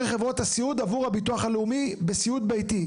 חברות הסיעוד עבור הביטוח הלאומי בסיעוד ביתי.